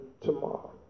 tomorrow